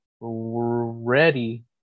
ready